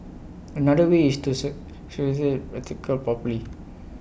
another way is to article properly